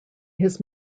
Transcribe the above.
his